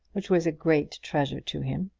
which was a great treasure to him.